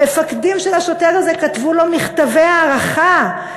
המפקדים של השוטר הזה כתבו לו מכתבי הערכה,